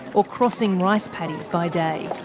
or crossing rice paddies by day,